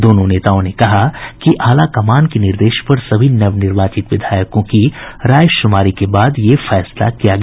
दोनों नेताओं ने कहा कि आलाकमान के निर्देश पर सभी नवनिर्वाचित विधायकों की रायशुमारी के बाद यह निर्णय लिया गया